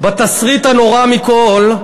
בתסריט הנורא מכול,